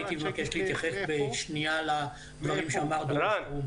הייתי מבקש להתייחס לדברים שאמר דרור שטרום.